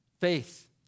faith